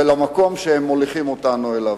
ועל המקום שמוליכים אותנו אליו.